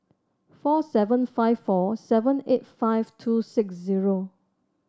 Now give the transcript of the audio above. four seven five four seven eight five two six zero